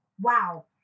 Wow